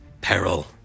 peril